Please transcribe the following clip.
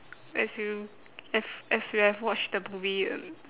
as you have as you have watch the movie uh